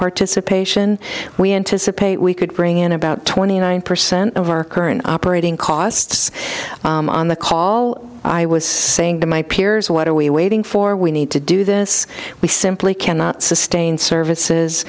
participation we anticipate we could bring in about twenty nine percent of our current operating costs on the call i was saying to my peers what are we waiting for we need to do this we simply cannot sustain services